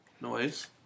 Noise